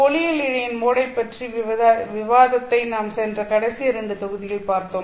ஒளியியல் இழையின் மோடை ப் பற்றிய விவாதத்தை நாம் சென்ற கடைசி இரண்டு தொகுதிகளில் பார்த்தோம்